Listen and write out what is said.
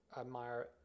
admire